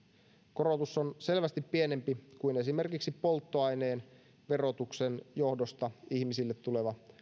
korotus on selvästi pienempi kuin esimerkiksi polttoaineen verotuksen johdosta ihmisille tuleva